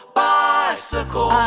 bicycle